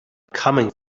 coming